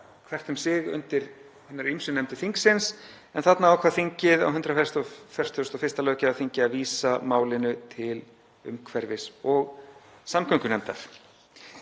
hvert um sig undir hinar ýmsu nefndir þingsins en þarna ákvað þingið á 141. löggjafarþingi að vísa málinu til umhverfis- og samgöngunefndar.